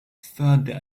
further